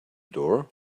door